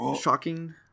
shocking